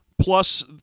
Plus